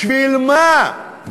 בשביל מה?